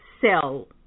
sell